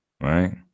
Right